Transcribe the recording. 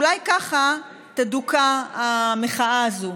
אולי ככה תדוכא המחאה הזו.